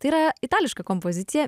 tai yra itališka kompozicija